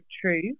True